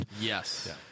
yes